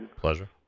Pleasure